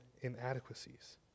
inadequacies